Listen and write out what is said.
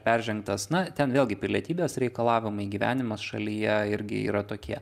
peržengtas na ten vėlgi pilietybės reikalavimai gyvenimas šalyje irgi yra tokie